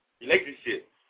relationship